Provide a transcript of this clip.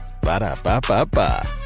Ba-da-ba-ba-ba